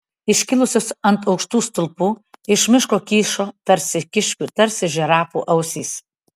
iškilusios ant aukštų stulpų iš miško kyšo tarsi kiškių tarsi žirafų ausys